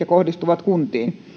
kohdistuvat kuntiin